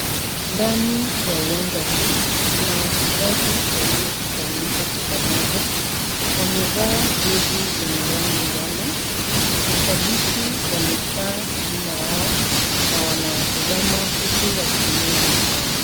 Ndani ya uwanja huu, kuna wachezaji waliokusanyika pamoja. Wamevaa jezi lenye rangi njano. Mashabiki wamekaa nyuma yao na wanawatazama huku wakiinua mikono.